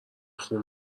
خون